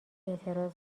اعتراض